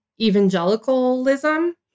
evangelicalism